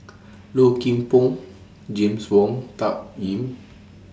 Low Kim Pong James Wong Tuck Yim